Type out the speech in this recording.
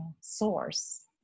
source